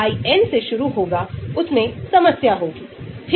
ताकि log p बढ़ जाए और यह एक रेखीय प्रतिगमन समीकरण है